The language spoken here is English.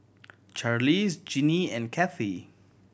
Charlize Jinnie and Cathy